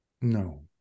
No